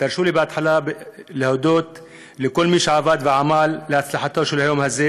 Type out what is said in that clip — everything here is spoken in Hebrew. תרשו לי בהתחלה להודות לכל מי שעבד ועמל להצלחתו של היום הזה,